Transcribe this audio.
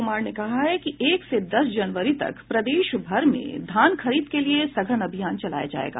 मुख्य सचिव दीपक कुमार ने कहा है कि एक से दस जनवरी तक प्रदेशभर में धान खरीद के लिए सघन अभियान चलाया जायेगा